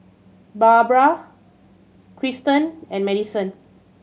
Barbra Kristan and Madisen